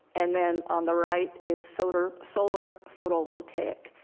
and then on the right is solar solar photo-voltaic.